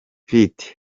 pitt